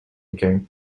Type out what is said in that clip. aching